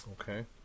Okay